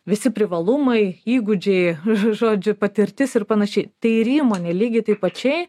visi privalumai įgūdžiai žodžiu patirtis ir panašiai tai ir įmonė lygiai taip pačiai